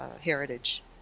heritage